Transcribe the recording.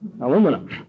aluminum